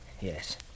Yes